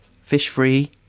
fish-free